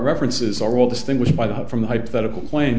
ferences are all distinguished by the from the hypothetical cla